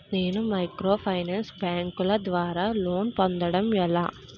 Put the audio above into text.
నేను మైక్రోఫైనాన్స్ బ్యాంకుల ద్వారా లోన్ పొందడం ఎలా?